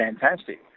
fantastic